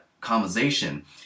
conversation